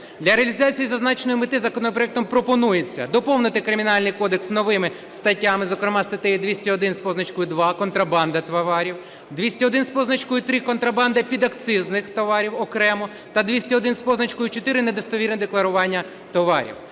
Для реалізації зазначеної мети законопроектом пропонується доповнити Кримінальний кодекс новими статтями, зокрема, статтею 201 з позначкою 2 "Контрабанда товарів". 201 з позначкою 3 "Контрабанда підакцизних товарів" окремо. Та 201 з позначкою 4 "Недостовірне декларування товарів".